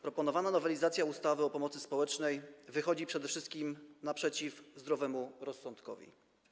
Proponowana nowelizacja ustawy o pomocy społecznej wychodzi przede wszystkim naprzeciw zdrowemu rozsądkowi.